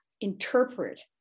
interpret